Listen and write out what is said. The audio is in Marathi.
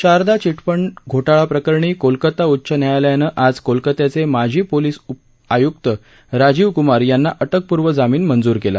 शारदा चिटफंड घोटाळा प्रकरणी कोलकाता उच्च न्यायालयानं आज कोलकात्याचे माजी पोलीस आयुक्त राजीव कुमार यांना अटकपूर्व जामीन मंजूर केला